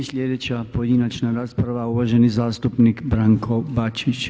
I sljedeća pojedinačna rasprava uvaženi zastupnik Branko Bačić.